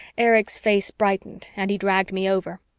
erich's face brightened and he dragged me over.